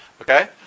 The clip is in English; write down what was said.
Okay